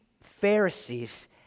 Pharisees